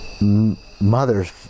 mother's